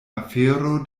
afero